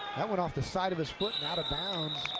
that went off the side of his foot and out of bounds.